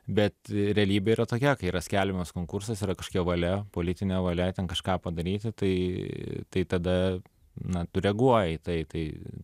bet realybė yra tokia kai yra skelbiamas konkursas yra kažkokia valia politinė valia ten kažką padaryti tai tai tada na tu reaguojiį tai